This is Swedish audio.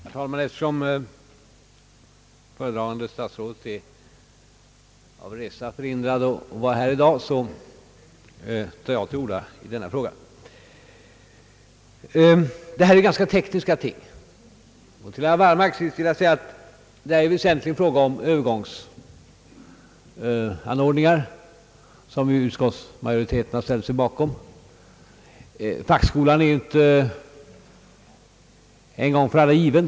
Herr talman! Eftersom föredragande statsrådet på grund av resa är förhindrad närvara här i dag tar jag till orda i denna fråga. Det rör sig här om ganska tekniska ting. Till herr Wallmark vill jag säga, att det väsentligen är en fråga om Övergångsanordningar, som utskottsmajoriteten har ställt sig bakom. Fackskolan är inte en gång för alla given.